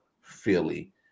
Philly